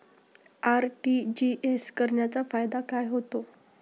RTGS करण्याचा फायदा काय होतो?